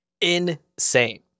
insane